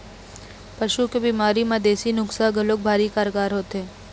पशु के बिमारी म देसी नुक्सा ह घलोक भारी कारगार होथे